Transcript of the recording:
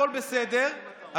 הכול בסדר,